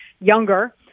younger